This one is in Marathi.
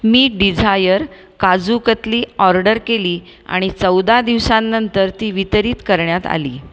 मी डिझायर काजू कतली ऑर्डर केली आणि चौदा दिवसांनंतर ती वितरित करण्यात आली